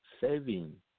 saving